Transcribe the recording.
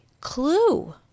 clue